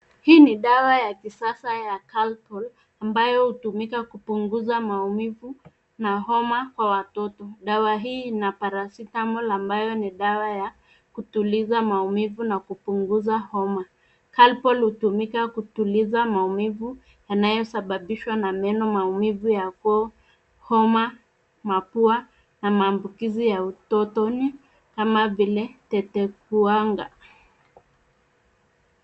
Hii ni dawa ya kisasa ya Calpol ambayo hutumika kupunguza maumivu na homa kwa watoto. Dawa hii ina Paracetamol ambayo ni dawa ya kutuliza maumivu na kupunguza homa. Calpol hutumika kutuliza maumivu yanayosababishwa na meno, maumivu ya koo, homa, mapua na maambukizi ya utotoni kama vile tetekuwanga.